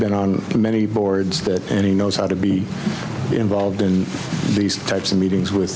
been on many boards and he knows how to be involved in these types of meetings with